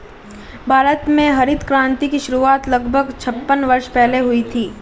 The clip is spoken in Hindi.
भारत में हरित क्रांति की शुरुआत लगभग छप्पन वर्ष पहले हुई थी